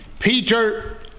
Peter